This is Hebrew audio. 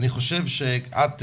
אני חושב שאת,